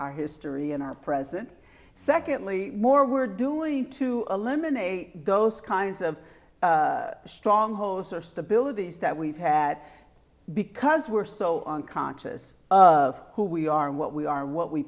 our history and our present secondly more we're doing to eliminate those kinds of strongholds or stability that we've had because we're so unconscious of who we are and what we are what we